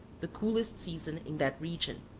the coolest season in that region.